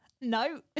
No